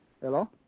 Hello